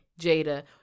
Jada